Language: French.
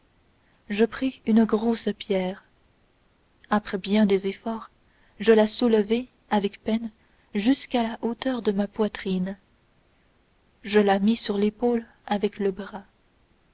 je pris une grosse pierre après bien des efforts je la soulevai avec peine jusqu'à la hauteur de ma poitrine je la mis sur l'épaule avec les bras